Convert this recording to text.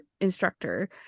instructor